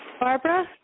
Barbara